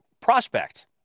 prospect